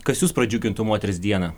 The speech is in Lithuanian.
kas jus pradžiugintų moteris dieną